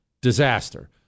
disaster